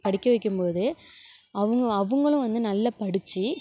படிக்க வைக்கிம்போது அவங்க அவங்களும் வந்து நல்லா படிச்சு